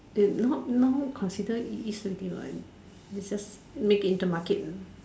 it not now consider it is already what it's just make it into market